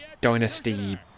Dynasty